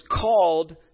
called